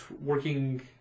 working